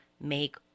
make